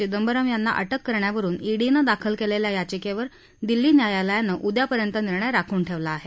चिदंबरम यांना अटक करण्यावरून ईडीनं दाखल केलेल्या याचिकेवर दिल्ली न्यायालयानं उद्यापर्यंत निर्णय राखून ठेवला आहे